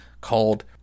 called